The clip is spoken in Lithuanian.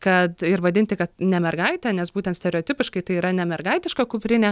kad ir vadinti kad ne mergaitė nes būtent stereotipiškai tai yra nemergaitiška kuprinė